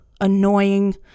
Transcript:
annoying